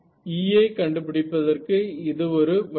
E ஐ கண்டுபிடிப்பதற்கு இது ஒரு வழியாகும்